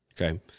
Okay